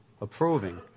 approving